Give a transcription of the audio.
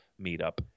meetup